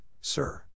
sir